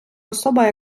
особа